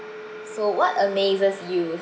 so what amazes you